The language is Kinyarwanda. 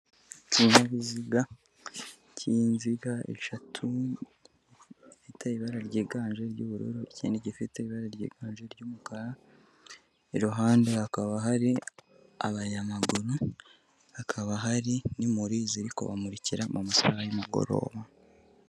Ikinyabiziga cy'inziga eshatu, gifite ibara ryiganje ry'ubururu, ikindi gifite ibara ryiganje ry'umukara, iruhande hakaba hari abanyamaguru, hakaba hari n'imuri ziri kubamurikira mu masaha y'umugoroba.